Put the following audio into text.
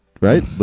Right